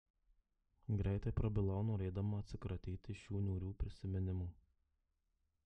greitai prabilau norėdama atsikratyti šių niūrių prisiminimų